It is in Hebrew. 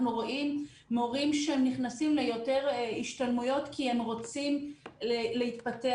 אנחנו רואים מורים שנכנסים ליותר השתלמויות כי הם רוצים להתפתח.